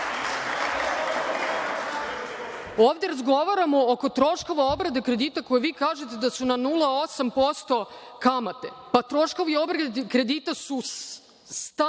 razgovaramo oko troškova obrade kredita, koje vi kažete da su na 0,8% kamate? Pa, troškovi obrade kredita su stalno,